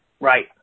Right